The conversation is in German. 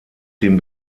dem